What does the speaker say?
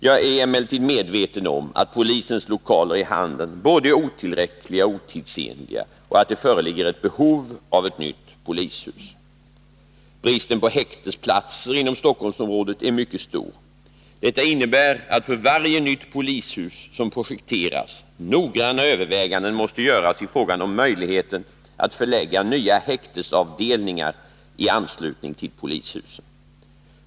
Jag är emellertid medveten om att polisens lokaler i Handen är både otillräckliga och otidsenliga och att det föreligger ett behov av ett nytt polishus. Bristen på häktesplatser inom Stockholmsområdet är mycket stor. Detta innebär att för varje nytt polishus som projekteras noggranna överväganden måste göras i fråga om möjligheten att förlägga nya häktesavdelningar i anslutning till polishusen.